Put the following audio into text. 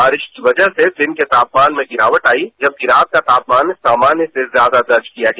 बारिश की वजह से दिन के तापमान में गिरावट आई जबकि रात का तापमान सामान्य से ज्यादा दर्ज किया गया